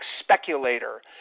speculator